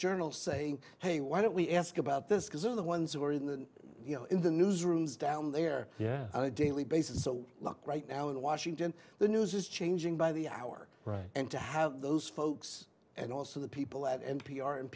journal saying hey why don't we ask about this because they're the ones who are in the you know in the newsrooms down there yeah i daily basis so lucky right now in washington the news is changing by the hour right and to have those folks and also the people at n p r and